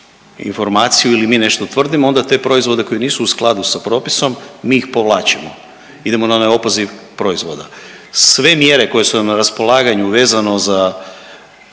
informaciju ili mi nešto tvrdimo onda te proizvode koji nisu u skladu sa propisom mi ih povlačimo. Idemo na onaj opoziv proizvoda. Sve mjere koje su nam na raspolaganju vezano za